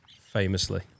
Famously